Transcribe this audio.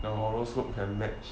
the horoscope can match